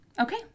Okay